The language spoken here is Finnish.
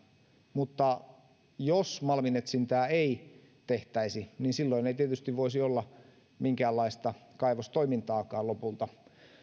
mutta jos malminetsintää ei tehtäisi silloin ei tietysti voisi olla minkäänlaista kaivostoimintaakaan lopulta